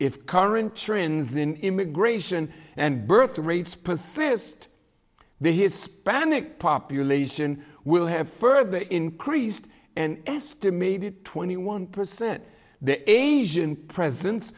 if current trends in immigration and birth rates persist the hispanic population will have further increased and estimated twenty one percent the asian presence